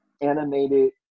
animated